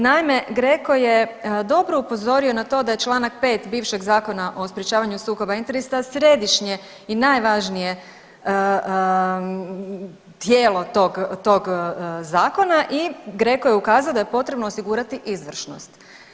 Naime, GRECO je dobro upozorio na to da je Članak 5. bivšeg Zakona o sprječavanju sukoba interesa središnje i najvažnije tijelo tog, tog zakona i GRECO je ukazao da je potrebno osigurati izvršnost.